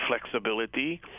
flexibility